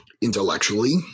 intellectually